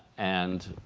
and